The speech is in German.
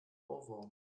ohrwurm